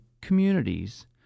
communities